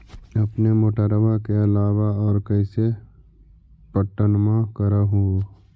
अपने मोटरबा के अलाबा और कैसे पट्टनमा कर हू?